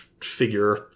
figure